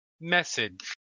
message